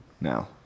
now